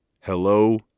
hello